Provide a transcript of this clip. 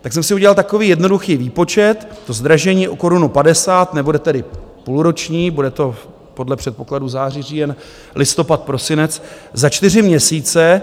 Tak jsem si udělal takový jednoduchý výpočet, zdražení o 1,50 korun nebude tedy půlroční, bude to podle předpokladu září, říjen, listopad, prosinec, za čtyři měsíce.